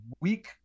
weak